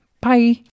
Bye